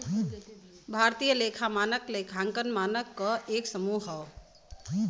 भारतीय लेखा मानक लेखांकन मानक क एक समूह हौ